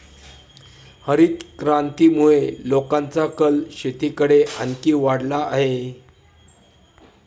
हरितक्रांतीमुळे लोकांचा कल शेतीकडे आणखी वाढला आहे